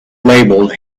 labeled